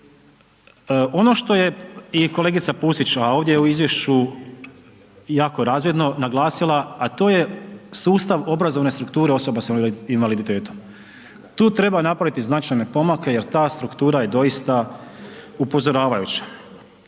Ono što je i kolega Pusić a ovdje u izvješću jako razvidno naglasila, a to je sustav obrazovne strukture osoba sa invaliditetom. Tu treba napraviti značajne pomake jer ta struktura je doista upozoravajuća.